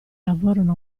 lavorano